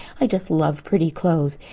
i just love pretty clothes.